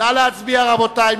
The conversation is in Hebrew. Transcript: נא להצביע, רבותי.